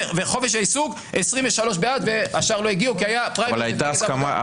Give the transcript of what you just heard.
וחופש העיסוק 23 בעד והשאר לא הגיעו כי היה פריימריז במפלגת העבודה.